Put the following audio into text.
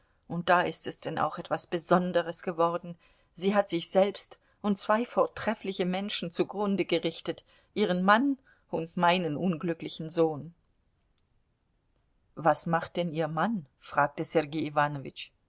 und da ist es denn auch etwas besonderes geworden sie hat sich selbst und zwei vortreffliche menschen zugrunde gerichtet ihren mann und meinen unglücklichen sohn was macht denn ihr mann fragte sergei